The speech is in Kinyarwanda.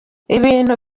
ibintu